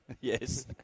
Yes